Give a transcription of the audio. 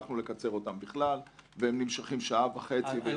בכלל והן נמשכות שעה וחצי ויותר.